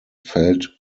felt